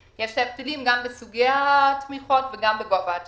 יש הבדלים גם בסוגי התמיכות וגם בגובה התמיכות.